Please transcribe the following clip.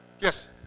Yes